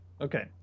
Okay